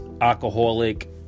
alcoholic